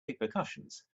repercussions